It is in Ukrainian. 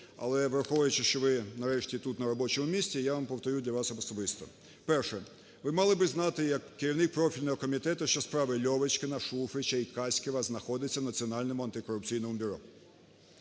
Але враховуючи, що ви, нарешті, тут, на робочому місці, я вам повторю для вас особисто. Перше, ви б мали би знати як керівник профільного комітету, що справи Львочкіна, Шуфрича і Каськіва знаходяться в Національному антикорупційному бюро